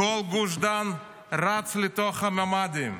כל גוש דן רץ לתוך הממ"דים,